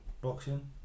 Boxing